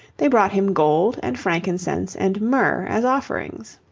they brought him gold and frankincense and myrrh as offerings.